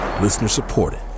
Listener-supported